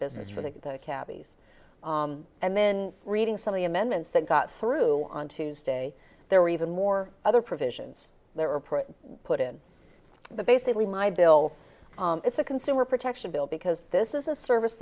business for the cabbies and then reading some of the amendments that got through on tuesday there were even more other provisions there were put put in the basically my bill it's a consumer protection bill because this is a service